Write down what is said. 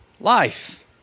life